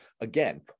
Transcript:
Again